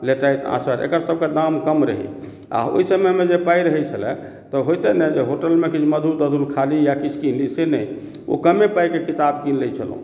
एकर सबके दाम कम रहै आ ओहि समय मे जे पाइ रहै छलए तऽ होइता ने जे होटल मे किछु मधुर तधुर खाए ली या किछु किन ली से नहि ओ कमे पाइ के किताब किन लै छलहुॅं